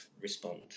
respond